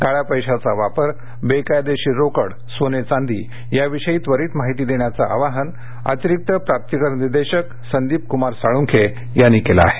काळ्या पैशाचा वापर बेकायदेशीर रोकड सोने चांदी याविषयी त्वरित माहिती देण्याचं आवाहन अतिरिक्त प्राप्तिकर निदेशक संदीपक्मार साळुंखे यांनी केलं आहे